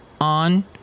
On